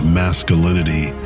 masculinity